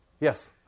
Yes